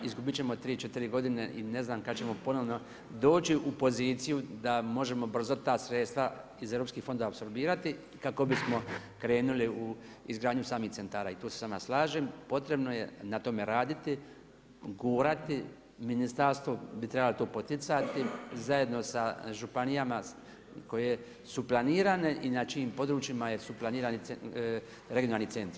Izgubiti ćemo 3, 4 godine i ne znam kad ćemo ponovno doći u poziciju da možemo brzo ta sredstva iz europskih fondova apsolvirati kako bismo krenuli u izgradnju samih centara i tu se s vama slažem, potrebno je na tome raditi, gurati, ministarstvo bi trebali to pročitati zajedno sa županijama koje su planirane i na čijim područjima su planirani regionalni centri.